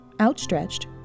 outstretched